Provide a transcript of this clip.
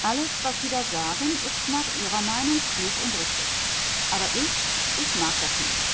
alles was sie da sagen ist nach ihrer meinung klug und richtig aber ich ich mag das nicht